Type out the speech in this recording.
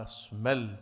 smell